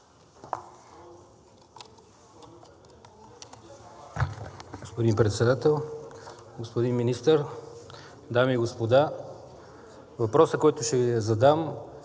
Господин Председател, господин Министър, дами и господа! Въпросът, който ще Ви задам,